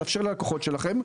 לאפשר ללקוחות שלכם.